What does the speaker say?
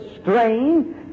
strain